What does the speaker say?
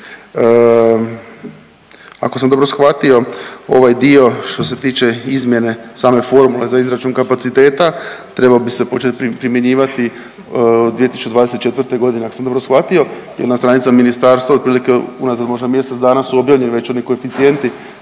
Ako sam dobro shvatio ovaj dio što se tiče izmjene same formule za izračun kapaciteta trebao bi se početi primjenjivati 2024. godine ako sam dobro shvatio, jer na stranicama ministarstva otprilike unazad možda mjesec dana su objavljeni već oni koeficijenti